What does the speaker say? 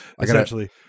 essentially